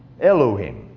Elohim